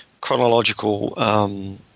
chronological –